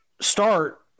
start